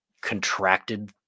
contracted